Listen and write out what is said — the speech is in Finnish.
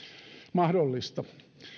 mahdollista